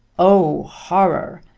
o, horror,